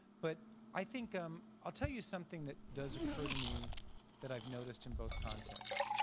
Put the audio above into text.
but i think um i'll tell you something that does occur to me that i've noticed in both contexts,